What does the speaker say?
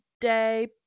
day